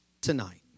tonight